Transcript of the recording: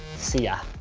see ya.